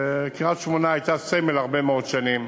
קריית-שמונה הייתה סמל הרבה מאוד שנים,